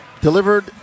delivered